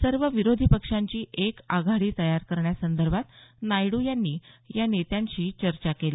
सर्व विरोधी पक्षांची एक आघाडी तयार करण्यासंदर्भात नायडू यांनी या नेत्यांशी चर्चा केली